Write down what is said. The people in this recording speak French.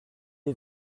les